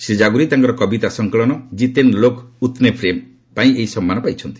ଶ୍ରୀ କାଗୁରୀ ତାଙ୍କ କବିତା ସଂକଳନ ଜିତ୍ନେ ଲୋଗ୍ ଉତ୍ନେ ପ୍ରେମ୍ ପାଇଁ ଏହି ସମ୍ମାନ ପାଇଛନ୍ତି